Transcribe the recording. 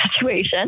situation